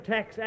Tax